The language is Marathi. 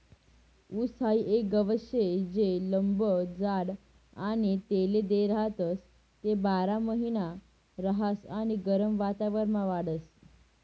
ऊस हाई एक गवत शे जे लंब जाड आणि तेले देठ राहतस, ते बारामहिना रहास आणि गरम वातावरणमा वाढस